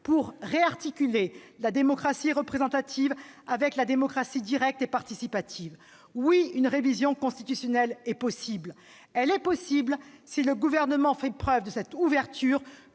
pour réarticuler la démocratie représentative avec la démocratie directe et participative. Oui, une révision constitutionnelle est possible, si le Gouvernement fait preuve de cette ouverture